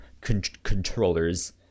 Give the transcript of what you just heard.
controllers